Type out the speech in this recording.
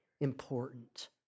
important